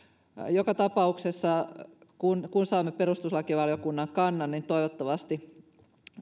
joka tapauksessa kun saamme perustuslakivaliokunnan kannan niin toivottavasti